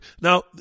Now